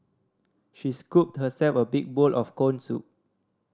she scooped herself a big bowl of corn soup